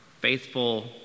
faithful